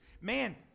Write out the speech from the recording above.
Man